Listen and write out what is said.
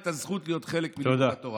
את הזכות להיות חלק מלימוד התורה.